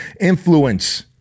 influence